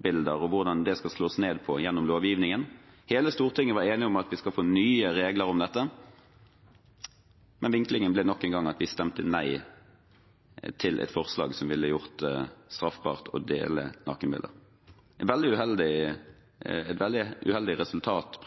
og hvordan det skal slås ned på, gjennom lovgivningen. Hele Stortinget var enig om at vi skal få nye regler for dette. Men vinklingen ble nok en gang at vi stemte nei til et forslag som ville gjort det straffbart å dele nakenbilder – et veldig uheldig resultat